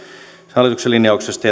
hallituksen linjauksesta